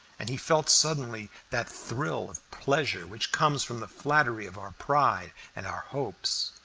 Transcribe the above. and he felt suddenly that thrill of pleasure which comes from the flattery of our pride and our hopes.